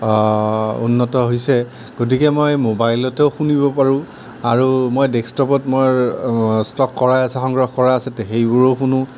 উন্নত হৈছে গতিকে মই মোবাইলতো শুনিব পাৰোঁ আৰু মই ডেক্সটপত মোৰ ষ্টক কৰাই আছে সংগ্ৰহ কৰাই আছে সেইবোৰ সেইবোৰো শুনোঁ